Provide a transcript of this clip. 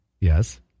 yes